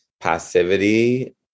Passivity